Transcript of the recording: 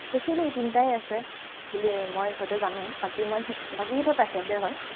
specially এই তিনিটাই আছে বুলি মই হয়তো জানোঁ বাকী মই বাকীকেইটা প্ৰাইভেটে হয়